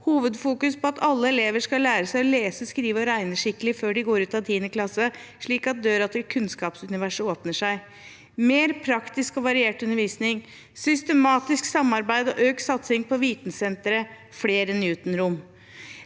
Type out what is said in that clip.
hovedvekt på at alle elever skal lære seg å lese, skrive og regne skikkelig før de går ut av 10. klasse, slik at døren til kunnskapsuniverset åpner seg, mer praktisk og variert undervisning, systematisk samarbeid og økt satsing på vitensentre, flere Newton-rom